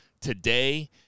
today